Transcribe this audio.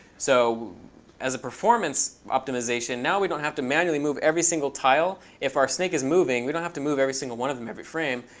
so as a performance optimization, now we don't have to manually move every single tile. if our snake is moving, we don't have to move every single one of them every frame.